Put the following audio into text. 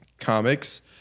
Comics